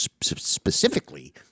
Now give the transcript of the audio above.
specifically